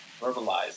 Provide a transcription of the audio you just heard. verbalize